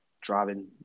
driving